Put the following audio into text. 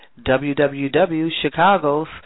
www.chicagos